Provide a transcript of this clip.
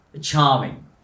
charming